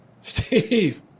Steve